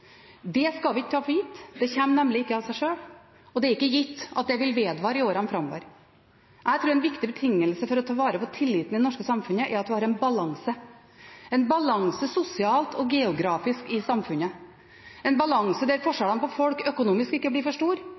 Det skal vi ikke ta for gitt. Det kommer nemlig ikke av seg sjøl, og det er ikke gitt at det vil vedvare i årene framover. Jeg tror en viktig betingelse for å ta vare på tilliten i det norske samfunnet er at en har en balanse – en balanse sosialt og geografisk i samfunnet, en balanse der forskjellene økonomisk mellom folk ikke blir for store,